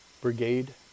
brigade